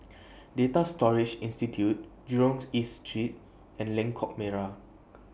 Data Storage Institute Jurong's East Street and Lengkok Merak